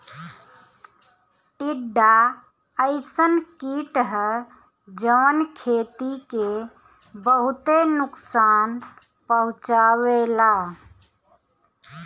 टिड्डा अइसन कीट ह जवन खेती के बहुते नुकसान पहुंचावेला